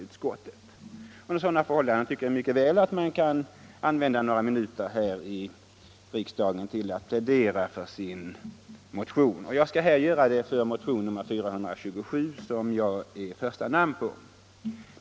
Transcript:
Under sådana förhållanden tycker jag mycket väl man kan använda några minuter här i kammaren till att plädera för sin motion. Och jag skall här göra det för motionen 427, som jag står som första namn på.